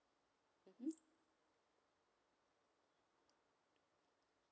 mm